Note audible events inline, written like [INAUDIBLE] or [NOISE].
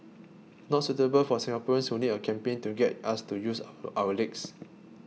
not suitable for Singaporeans who need a campaign to get us to use [NOISE] our legs